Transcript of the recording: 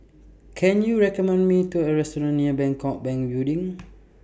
Can YOU recommend Me to A Restaurant near Bangkok Bank Building